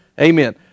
Amen